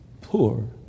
poor